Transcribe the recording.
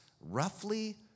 Roughly